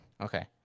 Okay